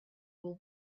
will